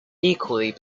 equally